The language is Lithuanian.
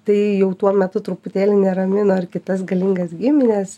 tai jau tuo metu truputėlį neramino ir kitas galingas gimines